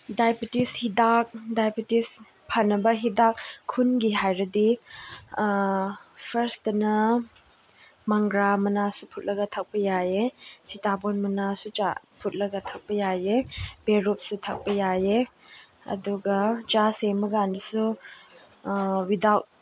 diabetes ꯍꯤꯗꯥꯛ diabetes ꯐꯅꯕ ꯍꯤꯗꯥꯛ ꯈꯨꯟꯒꯤ ꯍꯥꯏꯔꯗꯤ ꯐꯔꯁꯇꯅ ꯃꯪꯒ꯭ꯔꯥ ꯃꯅꯥꯁꯨ ꯐꯨꯠꯂꯒ ꯊꯛꯄ ꯌꯥꯏꯌꯦ ꯁꯤꯇꯥꯕꯣꯟ ꯃꯅꯥꯁꯨ ꯐꯨꯠꯂꯒ ꯊꯛꯄ ꯌꯥꯏꯌꯦ ꯄꯦꯔꯨꯛꯁꯨ ꯊꯛꯄ ꯌꯥꯏꯌꯦ ꯑꯗꯨꯒ ꯆꯥ ꯁꯦꯝꯕ ꯀꯥꯟꯗꯁꯨ ꯋꯤꯗꯥꯎꯠ